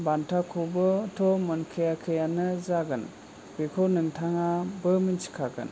बान्थाखौबोथ' मोनखायाखैनो जागोन बेखौ नोंथाङाबो मिथिखागोन